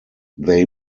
they